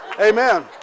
Amen